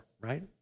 right